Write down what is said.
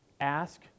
Ask